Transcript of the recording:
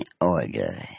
order